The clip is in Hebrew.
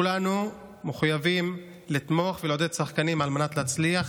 כולנו מחויבים לתמוך ולעודד שחקנים על מנת להצליח.